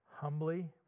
humbly